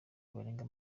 barenga